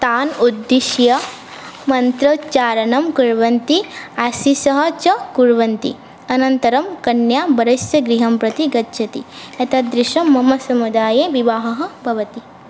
तान् उद्दिश्य मन्त्रोच्चारणं कुर्वन्ति आशिषः च कुर्वन्ति अनन्तरं कन्या वरस्य गृहं प्रति गच्छति एतादृशं मम समुदाये विवाहः भवति